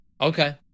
Okay